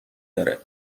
داره